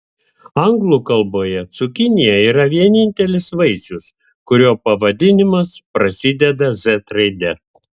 anglų kalboje cukinija yra vienintelis vaisius kurio pavadinimas prasideda z raide